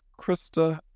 Krista